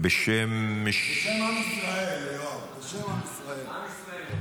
בשם עם ישראל, יואב, בשם עם ישראל.